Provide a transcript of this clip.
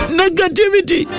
negativity